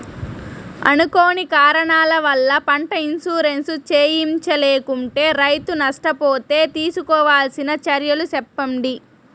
అనుకోని కారణాల వల్ల, పంట ఇన్సూరెన్సు చేయించలేకుంటే, రైతు నష్ట పోతే తీసుకోవాల్సిన చర్యలు సెప్పండి?